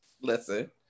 Listen